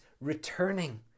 returning